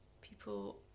people